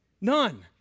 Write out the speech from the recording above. None